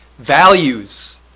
values